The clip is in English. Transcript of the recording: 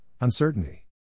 uncertainty